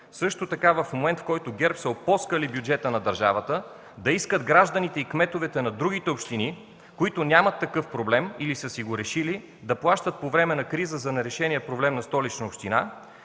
Също така в момент, в който ГЕРБ са опоскали бюджета на държавата, да искат гражданите и кметовете на другите общини, които нямат такъв проблем или са си го решили, да плащат по време на криза за нерешения проблем на Столична община